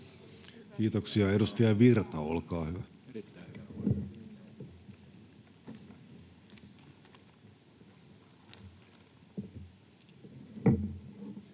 Kiitoksia. — Edustaja Virta, olkaa hyvä.